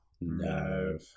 No